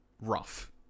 rough